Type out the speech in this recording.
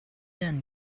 then